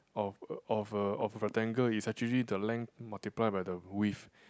of of a of a rectangle is actually the length multiply by the width